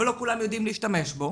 אבל לא כולם יודעים להשתמש בו.